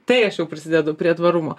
tai aš jau prisidedu prie tvarumo